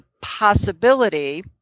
possibility